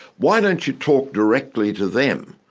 why don't you talk directly to them?